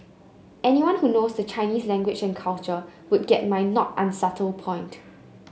anyone who knows the Chinese language and culture would get my not unsubtle point